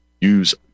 Use